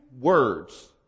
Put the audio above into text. words